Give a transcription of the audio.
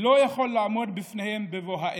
לא יכול לעמוד בפניהם בבוא העת,